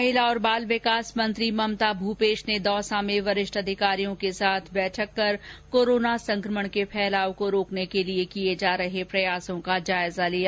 महिला और बाल विकास मंत्री ममता भूपेश ने दौसा में वरिष्ठ अधिकारियों के साथ बैठक कर दौसा में कोरोना संक्रमण के फैलाव को रोकने के लिए किये जा रहे प्रयासों का जायजा लिया